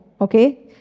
Okay